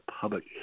public